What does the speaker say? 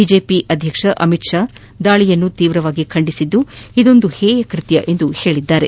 BJP ಅಧ್ಯಕ್ಷ ಅಮಿತ್ ಷಾ ದಾಳಿಯನ್ನು ತೀವ್ರವಾಗಿ ಖಂಡಿಸಿ ಇದೊಂದು ಹೇಯಕೃತ್ಯ ಎಂದಿದ್ದಾರೆ